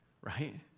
Right